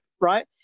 right